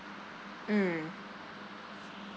mm